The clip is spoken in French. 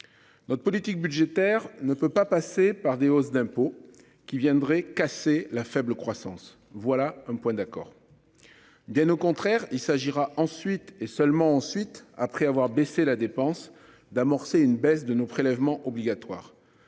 Notre politique budgétaire ne peut pas passer par des hausses d'impôts qui viendrait casser la faible croissance. Voilà un point d'accord. D'un, au contraire, il s'agira ensuite et seulement ensuite après avoir baissé la dépense d'amorcer une baisse de nos prélèvements obligatoires